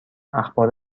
اخبار